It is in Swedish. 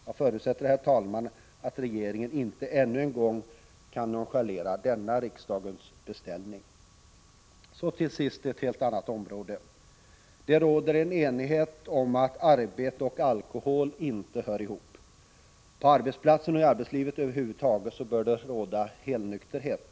Jag förutsätter, herr talman, att regeringen inte ännu en gång kan nonchalera denna riksdagens beställning. Så, till sist, ett helt annat område: Det råder enighet om att arbete och alkohol inte hör ihop. På arbetsplatsen och i arbetslivet över huvud taget bör det råda helnykterhet.